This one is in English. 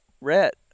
Rhett